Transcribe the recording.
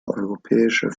europäischer